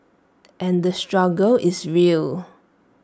and the struggle is real